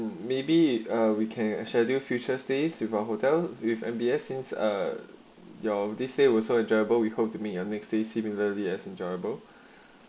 maybe a weekend schedule future stays with our hotel with them be essence or your they say also a driver we hope to meet your next day similarly as enjoyable